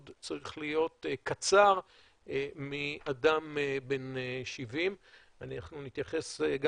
צריך להיות קצר מאדם בן 70. אנחנו נתייחס גם